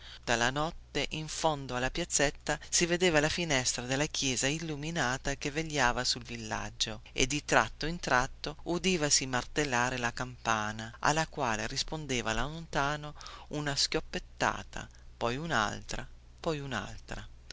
la notte in fondo alla piazzetta si vedeva la finestra della chiesa illuminata che vegliava sul villaggio e di tratto in tratto udivasi martellare la campana alla quale rispondeva da lontano una schioppettata poi unaltra poi